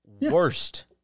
worst